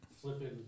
Flipping